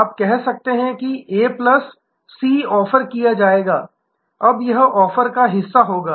आप कह सकते हैं कि ए प्लस सी ऑफर किया जाएगा अब यह ऑफर का हिस्सा होगा